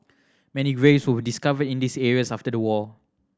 many graves were discovered in these areas after the war